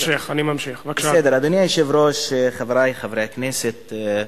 אדוני היושב-ראש, חברי חברי הכנסת,